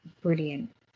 Brilliant